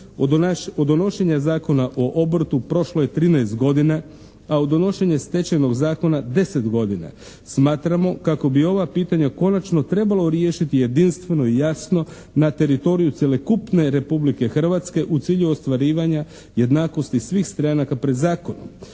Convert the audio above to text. Od donošenja Zakona o obrtu prošlo je 13 godina, a od donošenja Stečajnog zakona 10 godina. Smatramo kako bi ova pitanja konačno trebalo riješiti jedinstveno i jasno na teritoriju cjelokupne Republike Hrvatske u cilju ostvarivanja jednakosti svih stranaka pred zakonom.